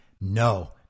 No